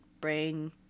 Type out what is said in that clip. brain